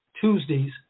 Tuesdays